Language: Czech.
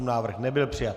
Návrh nebyl přijat.